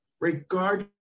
regardless